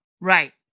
Right